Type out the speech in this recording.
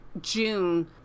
June